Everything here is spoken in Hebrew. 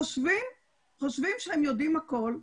חושבים שהם יודעים הכול,